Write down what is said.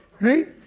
right